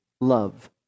love